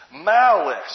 Malice